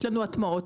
יש לנו הטמעות,